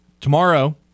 Tomorrow